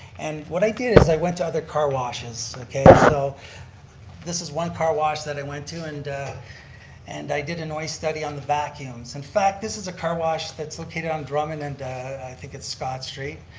and what i did, is i went to other car washes. okay, so this is one car wash that i went to and and i did a noise study on the vacuums. in fact, this is a car wash that's located on drummond and i think it's scott street.